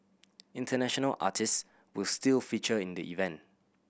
international artist will still feature in the event